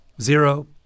Zero